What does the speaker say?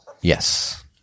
Yes